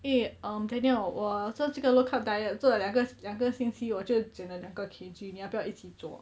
eh um daniel 我做这个 low carb diet 做了两个两个星期我就减了两个 K_G 你要不要一起做